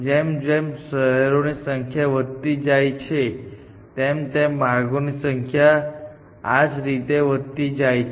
જેમ જેમ શહેરોની સંખ્યા વધતી જાય છે તેમ તેમ માર્ગોની સંખ્યા પણ આ જ રીતે વધતી જાય છે